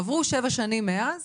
עברו שבע שנים מאז